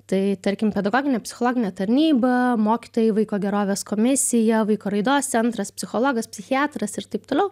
tai tarkim pedagoginė psichologinė tarnyba mokytojai vaiko gerovės komisija vaiko raidos centras psichologas psichiatras ir taip toliau